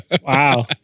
Wow